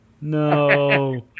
No